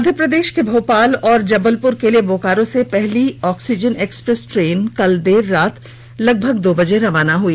मध्यप्रदेश के भोपाल और जबलपुर के लिए बोकारो से पहली ऑक्सीजन एक्सप्रेस ट्रेन कल देर रात लगभग दो बजे रवाना हुई